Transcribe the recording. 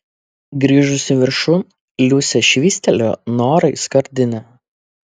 grįžusi viršun liusė švystelėjo norai skardinę